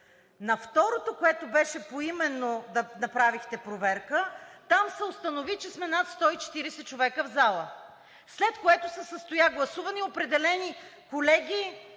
На второто, което беше поименно, направихте проверка, там се установи, че сме над 140 човека в залата, след което се състоя гласуване и определени колеги